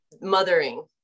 mothering